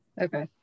Okay